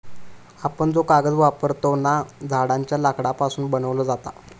आपण जो कागद वापरतव ना, झाडांच्या लाकडापासून बनवलो जाता